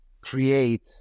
create